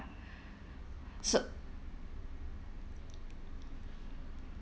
so